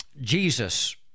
Jesus